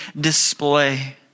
display